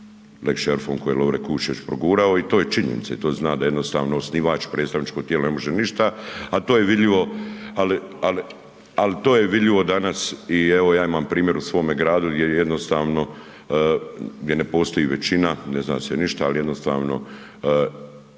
lex šerifom koji je Lovre Kuščević progurao i to je činjenica i to zna da jednostavno osnivač predstavničko tijelo ne može ništa, a to je vidljivo, ali to je vidljivo danas i evo ja imam primjer u svome gradu gdje jednostavno gdje ne postoji većina, ne zna se ništa, al jednostavno